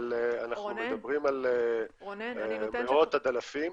אבל אנחנו מדברים על מאות עד אלפים.